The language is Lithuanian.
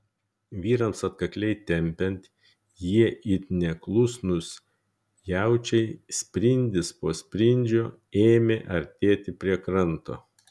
vyrams atkakliai tempiant jie it neklusnūs jaučiai sprindis po sprindžio ėmė artėti prie kranto